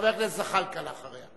חבר הכנסת זחאלקה אחריו.